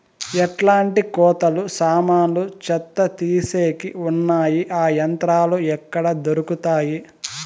ఎట్లాంటి కోతలు సామాన్లు చెత్త తీసేకి వున్నాయి? ఆ యంత్రాలు ఎక్కడ దొరుకుతాయి?